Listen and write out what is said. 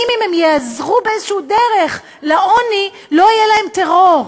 ואם הם יעזרו באיזשהי דרך לעניים לא יהיה להם טרור?